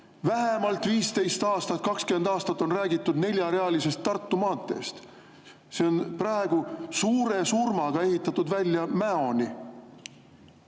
Vähemalt 15 aastat või 20 aastat on räägitud neljarealisest Tartu maanteest. See on praegu suure surmaga ehitatud välja Mäoni.